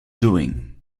doing